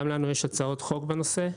וגם לנו יש הצעות חוק בנושא.